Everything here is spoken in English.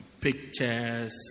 pictures